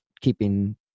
keeping